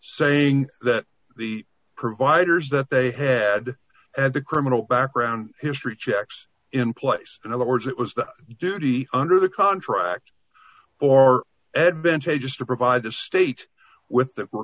saying that the providers that they had and the criminal background history checks in place in other words it was the duty under the contract or adventure just to provide the state with that